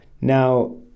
Now